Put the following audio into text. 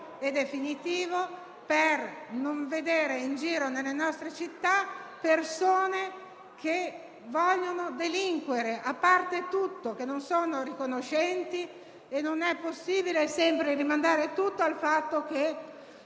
e definitivo per non vedere in giro, nelle nostre città, persone che vogliono delinquere e che, a parte tutto, non sono riconoscenti. Non è possibile rimandare sempre tutto al fatto che